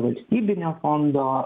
valstybinio fondo